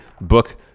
book